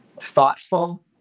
thoughtful